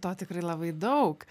to tikrai labai daug